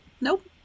Nope